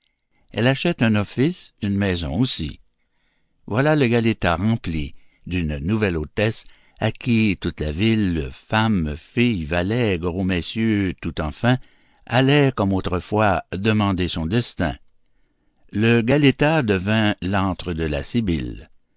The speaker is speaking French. elle achète un office une maison aussi voilà le galetas rempli d'une nouvelle hôtesse à qui toute la ville femmes filles valets gros messieurs tout enfin allait comme autrefois demander son destin le galetas devint